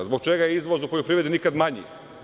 Zbog čega je izvoz u poljoprivredi nikad manji?